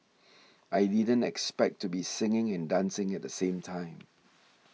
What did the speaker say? I didn't expect to be singing and dancing at the same time